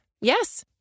Yes